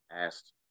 asked